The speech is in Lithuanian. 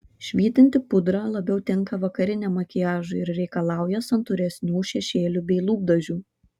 švytinti pudra labiau tinka vakariniam makiažui ir reikalauja santūresnių šešėlių bei lūpdažių